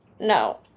no